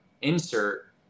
insert